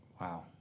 Wow